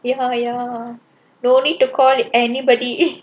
oh ya ya no need to call anybody